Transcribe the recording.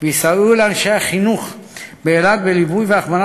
ויסייעו לאנשי החינוך באילת בליווי ובהכוונה